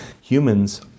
Humans